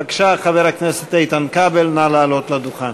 בבקשה, חבר הכנסת איתן כבל, נא לעלות לדוכן.